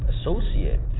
associate